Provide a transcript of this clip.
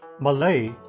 Malay